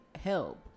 help